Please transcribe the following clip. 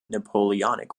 napoleonic